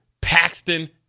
Paxton